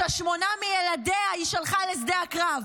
ששמונה מילדיה היא שלחה לשדה הקרב.